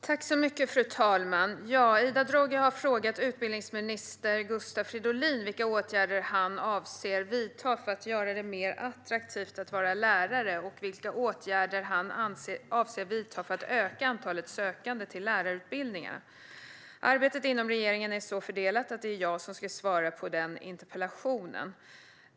Fru talman! Ida Drougge har frågat utbildningsminister Gustav Fridolin vilka åtgärder han avser att vidta för att göra det mer attraktivt att vara lärare och vilka åtgärder han avser att vidta för att öka antalet sökande till lärarutbildningarna. Arbetet inom regeringen är så fördelat att det är jag som ska svara på interpellationen.